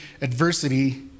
adversity